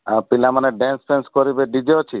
ଆଉ ପିଲାମାନେ ଡ୍ୟାନ୍ସ ଫ୍ୟାନ୍ସ କରିବେ ଡିଜେ ଅଛି